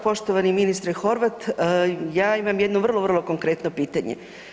Poštovani ministre Horvat, ja imam jedno vrlo, vrlo konkretno pitanje.